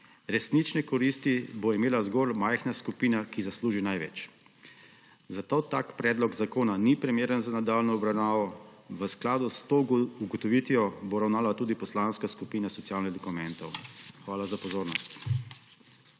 resnične koristi bo imela zgolj majhna skupina, ki zasluži največ. Zato tak predlog zakona ni primeren za nadaljnjo obravnavo. V skladu s to ugotovitvijo bo ravnala tudi Poslanske skupina Socialnih demokratov. Hvala za pozornost.